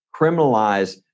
criminalize